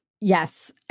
Yes